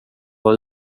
var